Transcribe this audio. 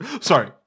Sorry